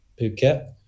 Phuket